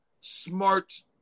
smart